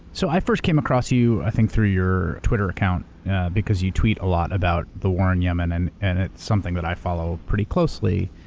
so i first came across you, i think, through your twitter account yeah because you tweet a lot about the war in yemen and and it's something that i follow pretty closely.